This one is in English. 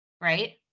right